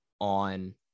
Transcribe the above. on